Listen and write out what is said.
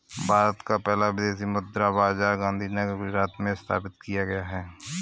भारत का पहला विदेशी मुद्रा बाजार गांधीनगर गुजरात में स्थापित किया गया है